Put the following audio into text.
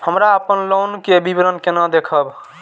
हमरा अपन लोन के विवरण केना देखब?